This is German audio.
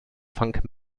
funk